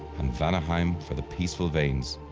and vanaheim for the peaceful vanes.